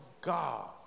God